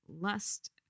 lust